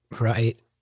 Right